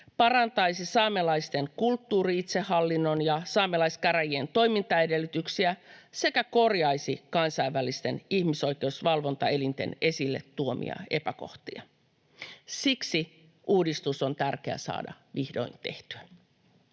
parantaisi saamelaisten kulttuuri-itsehallinnon ja saamelaiskäräjien toimintaedellytyksiä sekä korjaisi kansainvälisten ihmisoikeusvalvontaelinten esille tuomia epäkohtia. Siksi uudistus on tärkeää saada vihdoin tehtyä.